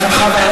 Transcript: חבר הכנסת חזן,